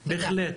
בהחלט.